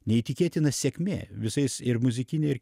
neįtikėtina sėkmė visais ir muzikine ir